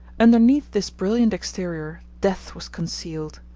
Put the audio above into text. underneath this brilliant exterior death was concealed.